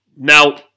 Now